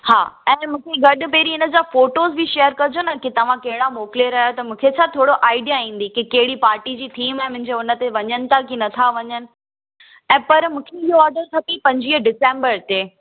हा ऐं मूंखे गॾ बेरी इनजा फ़ोटो बि शेयर कजो न की तव्हां कहिड़ा मोकिले रहियां आहियो त मूंखे छा थोड़ो आइडिया ईंदी की कहिड़ी पार्टी जी थीम आहे मुंहिजो हुनते वञनि था की न था वञनि ऐं पर मूंखे इहो ऑर्डर खपे पंजवीह डिसेम्बर ते